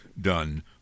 done